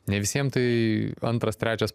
ne visiem tai antras trečias